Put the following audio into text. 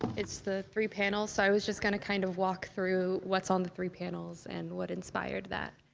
it's the three panels so i was just gonna kind of walk through what's on the three panels, and what inspired that.